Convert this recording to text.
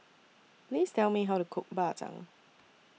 Please Tell Me How to Cook Bak Chang